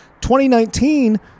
2019